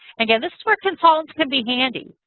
again, this is where consultants can be handy.